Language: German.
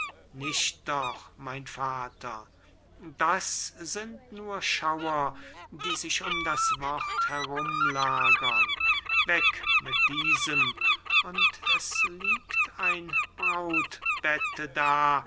nicht doch mein vater das sind nur schauer die sich um das wort herum lagern weg mit diesem und es liegt ein brautbette da